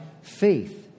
faith